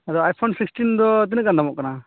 ᱟᱫᱚ ᱟᱭ ᱯᱷᱳᱱ ᱥᱤᱠᱴᱤᱱ ᱫᱚ ᱛᱤᱱᱟᱹᱜ ᱜᱟᱱ ᱫᱟᱢᱚᱜ ᱠᱟᱱᱟ